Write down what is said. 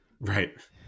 right